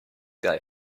guy